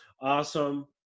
awesome